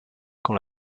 quand